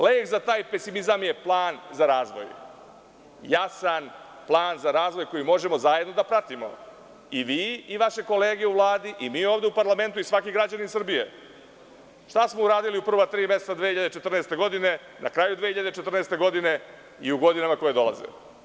Lek za taj pesimizam je plan za razvoj, jasan plan za razvoj koji možemo zajedno da pratimo i vi i vaše kolege u Vladi i mi ovde u parlamentu i svaki građanin Srbije, šta smo uradili u prva tri meseca 2014. godine, na kraju 2014. godine i u godinama koje dolaze.